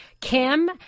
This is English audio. Kim